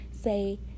say